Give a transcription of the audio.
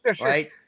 right